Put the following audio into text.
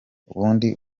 ubundi